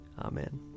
Amen